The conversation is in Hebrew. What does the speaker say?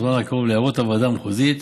בזמן הקרוב להערות הוועדה המחוזית.